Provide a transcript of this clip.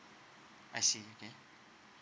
I see okay